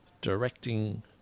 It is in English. directing